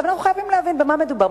אנחנו חייבים להבין במה מדובר.